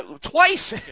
twice